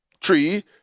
tree